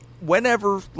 Whenever